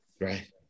right